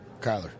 Kyler